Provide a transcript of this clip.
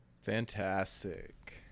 Fantastic